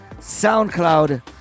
SoundCloud